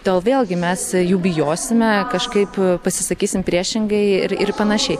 tol vėlgi mes jų bijosime kažkaip pasisakysim priešingai ir ir panašiai